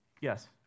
Yes